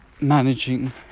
managing